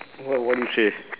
what what you say